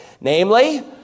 Namely